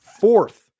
Fourth